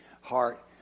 heart